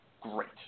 great